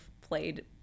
played